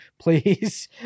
please